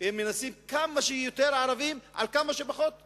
שמים כמה שיותר ערבים על כמה שפחות שטחים.